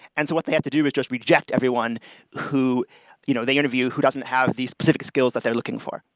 and so what they have to do is just reject everyone who you know they interview who doesn't have these specific skills that they're looking for.